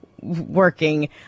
Working